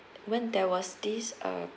when there was this uh